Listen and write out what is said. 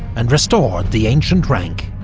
and restored the ancient rank.